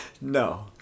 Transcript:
No